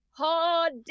Hard